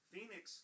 phoenix